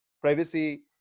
privacy